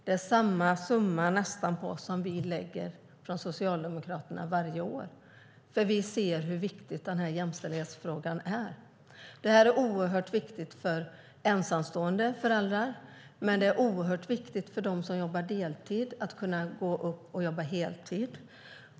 Det är nästan samma summa som Socialdemokraterna lägger varje år, för vi ser hur viktig denna jämställdhetsfråga är. Det här är oerhört viktigt för ensamstående föräldrar, men det är också oerhört viktigt för dem som jobbar deltid att kunna gå upp och jobba heltid.